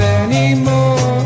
anymore